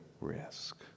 risk